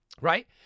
Right